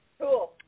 cool